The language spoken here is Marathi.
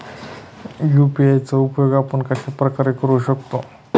यू.पी.आय चा उपयोग आपण कशाप्रकारे करु शकतो?